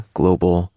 global